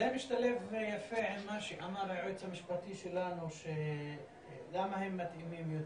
זה משתלב יפה עם מה שאמר היועץ המשפטי שלנו למה הם מתאימים יותר,